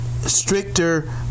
stricter